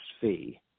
fee